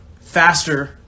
faster